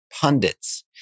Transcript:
pundits